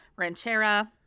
ranchera